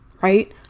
right